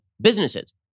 businesses